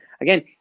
again